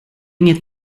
inget